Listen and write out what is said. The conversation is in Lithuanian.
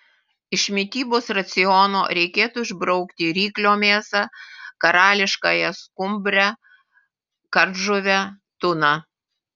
iš mitybos raciono reikėtų išbraukti ryklio mėsą karališkąją skumbrę kardžuvę tuną